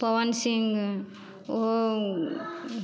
पवन सिंह ओहो